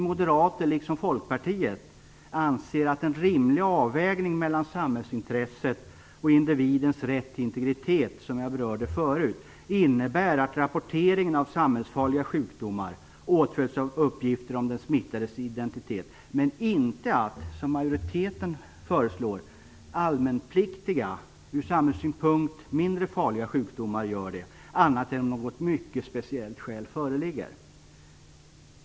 Moderaterna liksom Folkpartiet anser att en rimlig avvägning mellan samhällsintresset och individens rätt till integritet, som jag tidigare berörde, innebär att rapportering av samhällsfarliga sjukdomar åtföljs av uppgifter om den smittades identitet men inte, som majoriteten föreslår, att anmälningspliktiga men ur samhällssynpunkt mindre farliga sjukdomar gör det, annat än då något mycket speciellt skäl föreligger.